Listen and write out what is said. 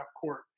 court